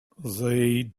they